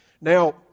Now